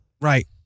Right